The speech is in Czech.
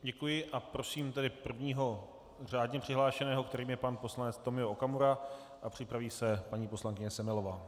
Děkuji a prosím tedy prvního řádně přihlášeného, kterým je pan poslanec Tomio Okamura, a připraví se paní poslankyně Semelová.